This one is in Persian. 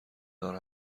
دار